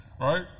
Right